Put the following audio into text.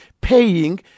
paying